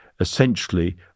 essentially